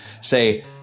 Say